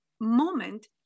moment